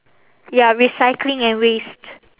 ya recycling and waste